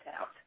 out